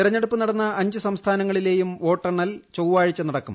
തെരഞ്ഞെടുപ്പ് നടന്ന അഞ്ച് സംസ്ഥാനങ്ങളിലേയും വോട്ടെണ്ണൽ ചൊവ്വാഴ്ച നടക്കും